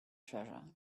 treasure